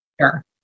Sure